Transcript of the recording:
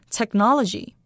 technology